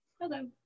Hello